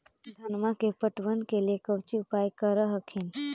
धनमा के पटबन के लिये कौची उपाय कर हखिन?